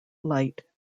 light